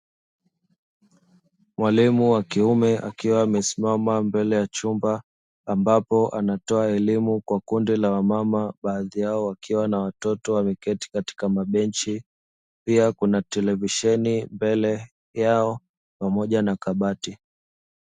Mwalimu wa kiume akiwa amesimama katika mbele ya chumba, ambapo anatoa elimu kwa kundi la wamama na watoto wakiwa wameketi katika mabenchi. Pia mbele yao kuna televisheni pamoja kabati.